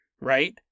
right